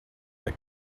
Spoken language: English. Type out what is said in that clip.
the